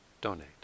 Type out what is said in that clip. donate